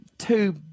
two